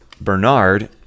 Bernard